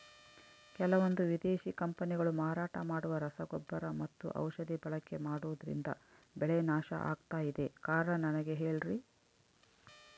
ಕೆಲವಂದು ವಿದೇಶಿ ಕಂಪನಿಗಳು ಮಾರಾಟ ಮಾಡುವ ರಸಗೊಬ್ಬರ ಮತ್ತು ಔಷಧಿ ಬಳಕೆ ಮಾಡೋದ್ರಿಂದ ಬೆಳೆ ನಾಶ ಆಗ್ತಾಇದೆ? ಕಾರಣ ನನಗೆ ಹೇಳ್ರಿ?